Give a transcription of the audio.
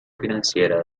financiera